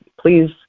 please